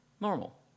normal